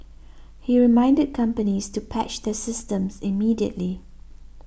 he reminded companies to patch their systems immediately